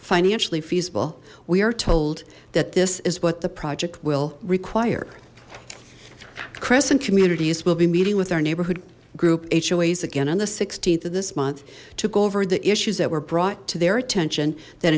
financially feasible we are told that this is what the project will require crescent communities will be meeting with our neighborhood group hoas again the th of this month took over the issues that were brought to their attention that